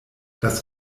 das